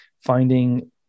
finding